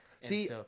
See